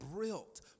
built